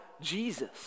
Jesus